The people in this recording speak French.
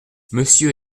monsieur